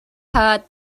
heard